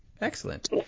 Excellent